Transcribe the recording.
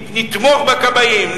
נתמוך בכבאים.